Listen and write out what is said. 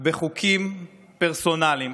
בחוקים פרסונליים